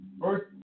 first